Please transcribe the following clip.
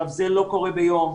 זה לא קורה ביום,